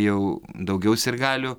jau daugiau sirgalių